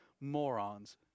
Morons